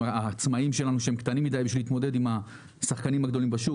העצמאים שלנו שהם קטנים מדי מלהתמודד עם השחקנים הגדולים בשוק,